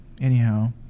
Anyhow